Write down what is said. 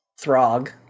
Throg